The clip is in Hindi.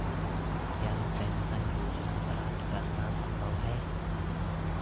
क्या पेंशन योजना प्राप्त करना संभव है?